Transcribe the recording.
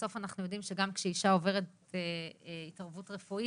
בסוף אנחנו יודעים שגם כשאשה עוברת התערבות רפואית